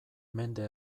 mende